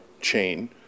chain